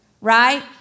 right